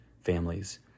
families